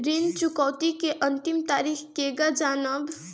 ऋण चुकौती के अंतिम तारीख केगा जानब?